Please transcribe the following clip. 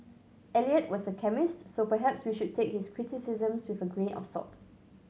Eliot was a chemist so perhaps we should take his criticisms with a grain of salt